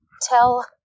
tell